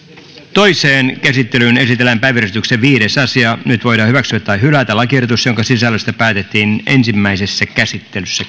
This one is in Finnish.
toiseen käsittelyyn esitellään päiväjärjestyksen viides asia nyt voidaan hyväksyä tai hylätä lakiehdotus jonka sisällöstä päätettiin ensimmäisessä käsittelyssä